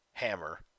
hammer